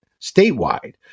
statewide